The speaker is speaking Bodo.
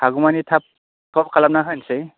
हागौमानि थाब थाब खालामना होनसै